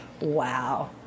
Wow